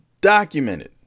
documented